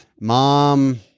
mom